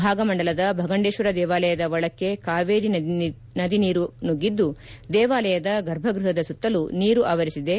ಭಾಗಮಂಡಲದ ಭಗಂಡೇಶ್ವರ ದೇವಾಲಯದ ಒಳಕ್ಕೆ ಕಾವೇರಿ ನದಿ ನೀರು ನುಗ್ಗಿದು ದೇವಾಲಯದ ಗರ್ಭಗ್ಬಹದ ಸುತ್ತಲೂ ನೀರು ಆವರಿಸಿದೆ